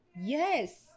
yes